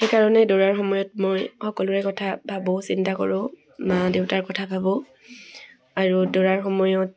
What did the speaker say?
সেইকাৰণে দৌৰাৰ সময়ত মই সকলোৰে কথা ভাবোঁ চিন্তা কৰোঁ মা দেউতাৰ কথা ভাবোঁ আৰু দৌৰাৰ সময়ত